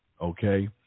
okay